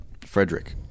Frederick